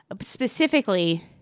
Specifically